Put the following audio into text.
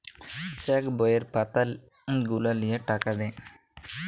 check বইয়ের পাতা গুলা লিয়ে টাকা দেয়